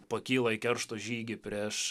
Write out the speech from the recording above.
pakyla į keršto žygį prieš